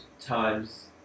Times